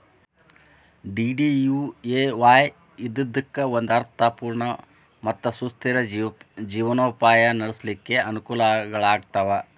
DDUAY ಇದ್ದಿದ್ದಕ್ಕ ಒಂದ ಅರ್ಥ ಪೂರ್ಣ ಮತ್ತ ಸುಸ್ಥಿರ ಜೇವನೊಪಾಯ ನಡ್ಸ್ಲಿಕ್ಕೆ ಅನಕೂಲಗಳಾಗ್ತಾವ